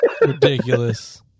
Ridiculous